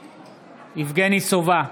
סובה,